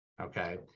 Okay